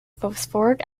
phosphoric